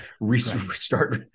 restart